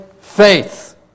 faith